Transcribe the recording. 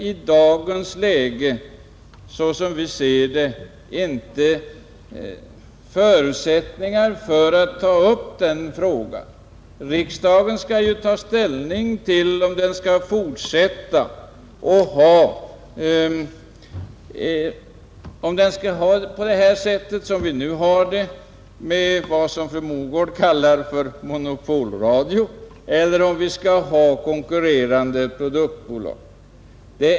I dagens läge finns, såsom vi ser det, inte förutsättningar för att ta upp denna fråga. Riksdagen skall ju ta ställning till om vi skall ha som vi nu har det — vad fru Mogård kallar monopolradio — eller om vi skall ha konkurrerande produktbolag.